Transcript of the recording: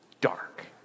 dark